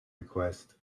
request